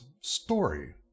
story